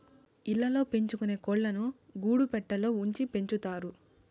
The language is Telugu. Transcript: ఇళ్ళ ల్లో పెంచుకొనే కోళ్ళను గూడు పెట్టలో ఉంచి పెంచుతారు